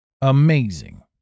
Amazing